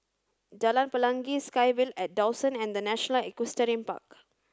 Jalan Pelangi SkyVille at Dawson and The National Equestrian Park